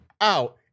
out